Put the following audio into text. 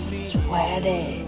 sweaty